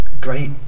great